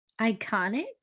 Iconic